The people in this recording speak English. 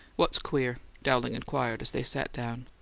what's queer? dowling inquired as they sat down.